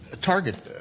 target